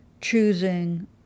choosing